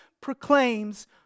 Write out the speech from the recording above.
proclaims